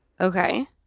Okay